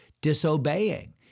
disobeying